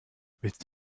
willst